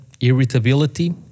irritability